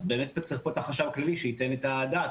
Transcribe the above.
באמת צריך פה את החשב הכללי שייתן פה את הדעת.